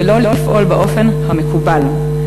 ולא לפעול באופן המקובל.